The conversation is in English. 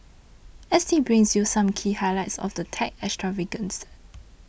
S T brings you some key highlights of the tech extravaganza